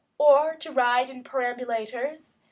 or to ride in perambulators,